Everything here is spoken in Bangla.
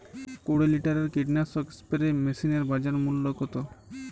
কুরি লিটারের কীটনাশক স্প্রে মেশিনের বাজার মূল্য কতো?